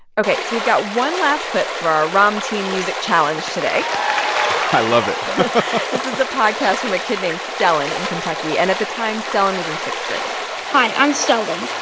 ok, so we've got one last clip for our ramtin music challenge today i love it podcast from a kid named stellan in kentucky. and at the time, stellan was in sixth grade hi. i'm stellan,